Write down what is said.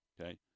Okay